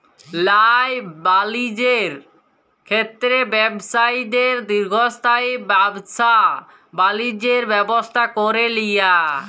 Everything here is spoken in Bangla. ল্যায় বালিজ্যের ক্ষেত্রে ব্যবছায়ীদের দীর্ঘস্থায়ী ব্যাবছা বালিজ্যের ব্যবস্থা ক্যরে লিয়া